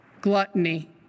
gluttony